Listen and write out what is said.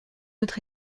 autre